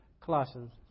Colossians